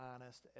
honest